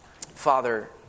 Father